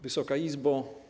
Wysoka Izbo!